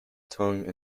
tongue